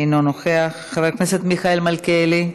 אינו נוכח, חבר הכנסת מיכאל מלכיאלי,